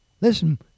Listen